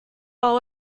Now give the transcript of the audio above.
all